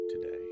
today